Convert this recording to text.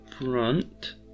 front